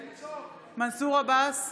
מנסור עבאס,